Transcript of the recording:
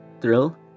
thrill